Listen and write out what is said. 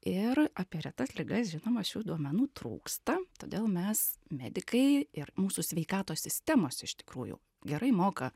ir apie retas ligas žinoma šių duomenų trūksta todėl mes medikai ir mūsų sveikatos sistemos iš tikrųjų gerai moka